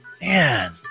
Man